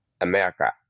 America